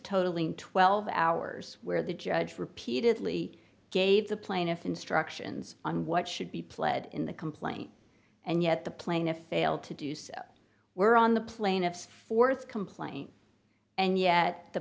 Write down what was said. totaling twelve hours where the judge repeatedly gave the plaintiff instructions on what should be pled in the complaint and yet the plaintiff failed to do so were on the plaintiff's th complaint and yet the